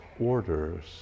orders